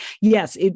yes